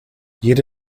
jede